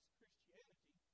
Christianity